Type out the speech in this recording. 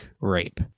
rape